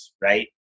right